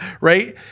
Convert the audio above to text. right